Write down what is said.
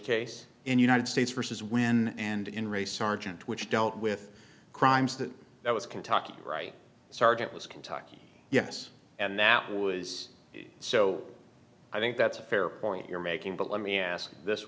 case in united states versus when and in re sargent which dealt with crimes that that was kentucky right sarge it was kentucky yes and that was so i think that's a fair point you're making but let me ask you this